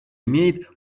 имеет